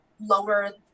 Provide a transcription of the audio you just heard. lower